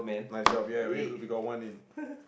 nice job ya we got we got one in